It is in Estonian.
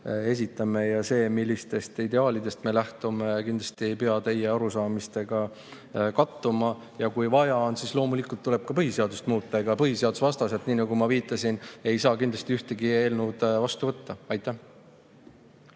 esitame, ja see, millistest ideaalidest me lähtume, kindlasti ei pea teie arusaamistega kattuma. Kui vaja on, siis loomulikult tuleb põhiseadust muuta. Ega põhiseadusvastaselt, nii nagu ma viitasin, ei saa kindlasti ühtegi eelnõu vastu võtta. Tarmo